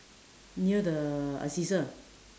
near the uh scissor